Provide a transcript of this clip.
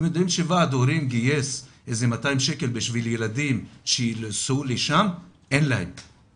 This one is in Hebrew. ועד ההורים גייס כ-200 שקלים כדי שילדים יוכלו לנסוע לשם ואין להם לשלם.